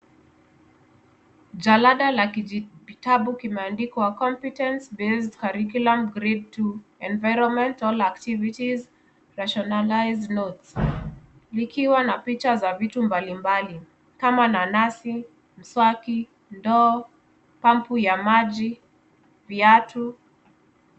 Jalada la kijitabu kimeandikwa [cs[Competence Based Curriculum Grade 2 Environmental Activities Rationalize Notes vikiwa na picha za vitu mbalimbali kama nanasi, mswaki, ndoo, pambu ya maji, viatu.